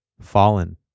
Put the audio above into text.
Fallen